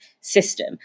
system